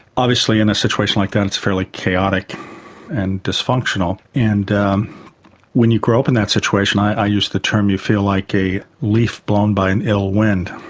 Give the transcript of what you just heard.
obviously in a situation like that it is fairly chaotic and dysfunctional and when you grow up in that situation i use the term you feel like a leaf blown by an ill wind.